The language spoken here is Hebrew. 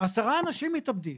10 אנשים מתאבדים.